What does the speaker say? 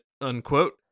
unquote